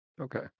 Okay